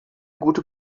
gute